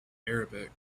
arabic